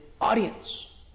audience